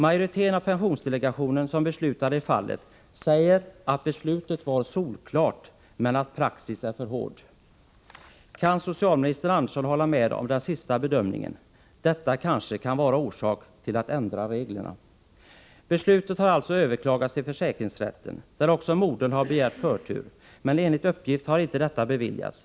Majoriteten av pensionsdelegationen, som beslutade i fallet, säger att ärendet var solklart men att praxis är för hård. Kan socialminister Andersson hålla med om den sista bedömningen? Den kanske kan utgöra skäl till att ändra reglerna. Beslutet har alltså överklagats till försäkringsrätten, där modern också har begärt förtur. Men enligt uppgift har inte detta beviljats.